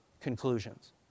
conclusions